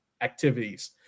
activities